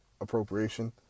appropriation